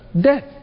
Death